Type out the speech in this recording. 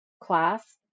class